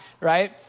right